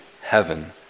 heaven